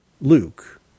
Luke